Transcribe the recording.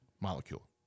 molecule